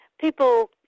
people